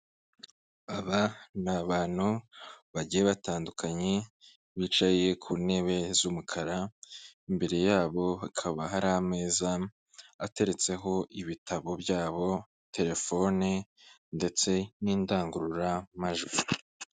Aba ni abantu bagiye batandukanye bicaye ku ntebe z'umukara, imbere yabo hakaba hari ameza ateretseho ibitabo byabo, telefone ndetse n'indangururamajwi.